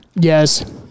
Yes